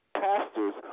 pastors